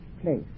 place